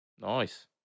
Nice